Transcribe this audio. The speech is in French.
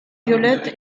violette